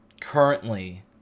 currently